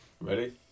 Ready